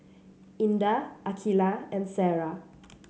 Indah Aqilah and Sarah